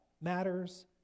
matters